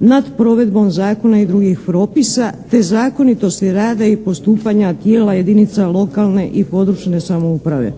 nad provedbom zakona i drugih propisa te zakonitosti rada i postupanja tijela jedinica lokalne i područne samouprave.